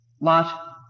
Lot